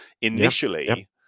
initially